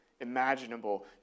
imaginable